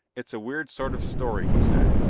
it's a weird sort of story, he said.